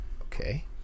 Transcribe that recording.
Okay